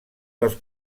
dels